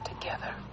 together